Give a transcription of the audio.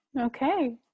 Okay